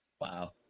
Wow